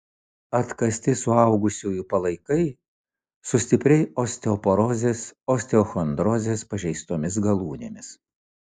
atkasti suaugusiųjų palaikai su stipriai osteoporozės osteochondrozės pažeistomis galūnėmis